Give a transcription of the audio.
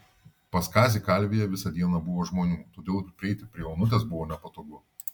pas kazį kalvėje visą dieną buvo žmonių todėl ir prieiti prie onutės buvo nepatogu